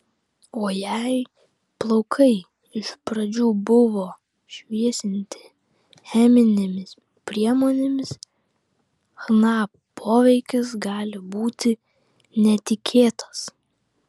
o jei plaukai iš pradžių buvo šviesinti cheminėmis priemonėmis chna poveikis gali būti netikėtas